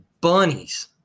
bunnies